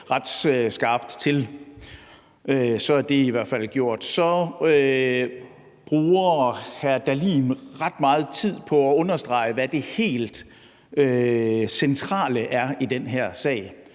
ret skarpt til. Så er det i hvert fald gjort. Hr. Morten Dahlin bruger ret meget tid på at understrege, hvad det helt centrale så er i den her sag.